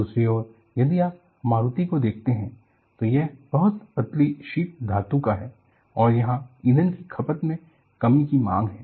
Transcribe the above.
दूसरी ओर यदि आप मारुति को देखते हैं तो यह बहुत पतली शीट धातु का है और यहाँ ईंधन की खपत मे कमी की मांग है